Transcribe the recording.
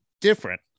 different